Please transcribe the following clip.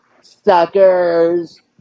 suckers